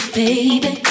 baby